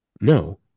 No